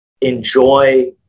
enjoy